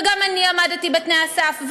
וגם אני עמדתי בתנאי הסף,